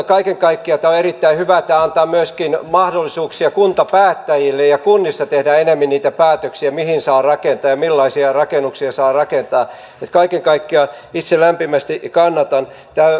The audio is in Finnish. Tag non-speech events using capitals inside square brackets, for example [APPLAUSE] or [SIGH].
[UNINTELLIGIBLE] kaiken kaikkiaan tämä on erittäin hyvä tämä antaa myöskin enemmän mahdollisuuksia kuntapäättäjille kunnissa tehdä niitä päätöksiä mihin saa rakentaa ja millaisia rakennuksia saa rakentaa kaiken kaikkiaan itse lämpimästi sitä kannatan